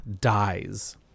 dies